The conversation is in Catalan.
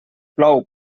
plou